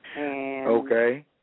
Okay